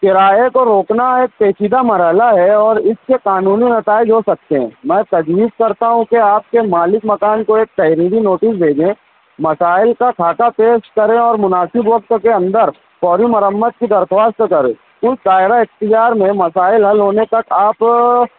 کرائے کو روکنا ایک پیچیدہ مرحلہ ہے اور اس کے قانونی نتائج ہو سکتے ہیں میں تجویز کرتا ہوں کہ آپ کے مالک مکان کو ایک تحریری نوٹس بھیجیں مسائل کا خاکہ پیش کریں اور مناسب وقت کے اندر فوری مرمت کی درخواست کریں اس دائرہ اختیار میں مسائل حل ہونے تک آپ